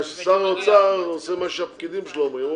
בגלל ששר האוצר עושה מה שהפקידים שלו אומרים.